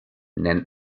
nennt